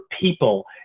people